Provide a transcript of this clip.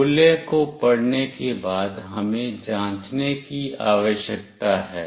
मूल्यों को पढ़ने के बाद हमें जांचने की आवश्यकता है